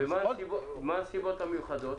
מה הנסיבות המיוחדות?